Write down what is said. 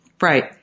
Right